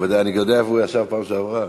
אני יודע איפה הוא ישב בפעם שעברה.